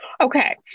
Okay